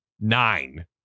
Nine